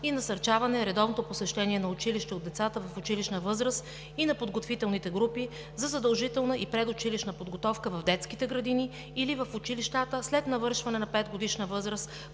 и насърчаване редовното посещение на училище от децата в училищна възраст и на подготвителните групи за задължителна и предучилищна подготовка в детските градини или в училищата след навършване на петгодишна възраст,